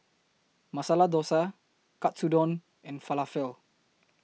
Masala Dosa Katsudon and Falafel